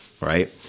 right